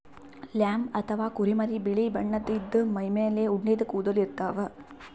lamb ಅಥವಾ ಕುರಿಮರಿ ಬಿಳಿ ಬಣ್ಣದ್ ಇದ್ದ್ ಮೈಮೇಲ್ ಉಣ್ಣಿದ್ ಕೂದಲ ಇರ್ತವ್